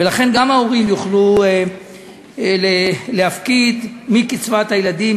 ולכן גם ההורים יוכלו להפקיד מקצבת הילדים,